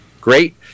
great